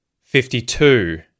Fifty-two